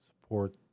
support